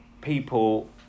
People